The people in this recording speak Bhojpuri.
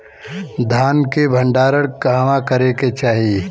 धान के भण्डारण कहवा करे के चाही?